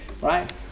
Right